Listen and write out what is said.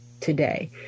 today